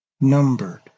numbered